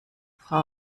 frau